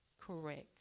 correct